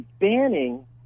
Banning